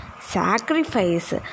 Sacrifice